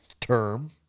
term